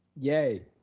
yay.